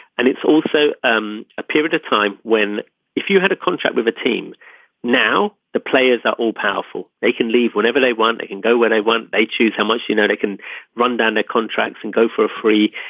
and it's also um a period of time when if you had a contract with a team now the players are all powerful they can leave whenever they want and go where they want. they choose how much you know they can run down their ah contracts and go for free.